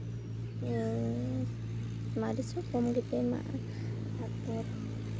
ᱤᱭᱟᱹ ᱢᱟᱹᱨᱤᱪ ᱦᱚᱸ ᱠᱚᱢ ᱜᱮᱯᱮ ᱮᱢᱟᱜᱼᱟ ᱛᱟᱨᱯᱚᱨ